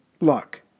luck